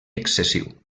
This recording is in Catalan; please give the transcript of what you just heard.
excessiu